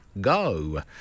go